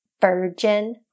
virgin